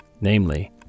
namely